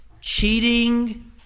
cheating